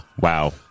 Wow